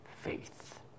faith